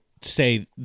say—